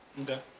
Okay